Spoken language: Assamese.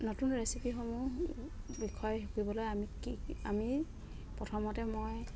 নতুন ৰেচিপিসমূহ বিষয়ে শিকিবলৈ আমি কি আমি প্ৰথমতে মই